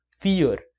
fear